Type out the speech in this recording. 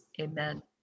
Amen